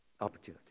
opportunity